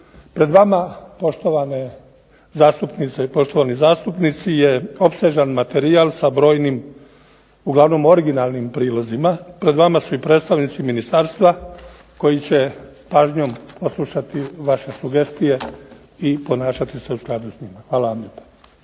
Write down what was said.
i poštovani zastupnici je opsežan materijal sa brojnim uglavnom originalnim prilozima, pred vama su i predstavnici ministarstva koji će s pažnjom poslušati vaše sugestije i ponašati se u skladu s njima. Hvala vam lijepa.